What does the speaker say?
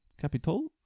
Capital